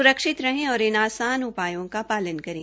स्रक्षित रहें और इन आसान उपायों का पालन करें